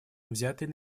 взятые